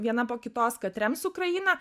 viena po kitos kad rems ukrainą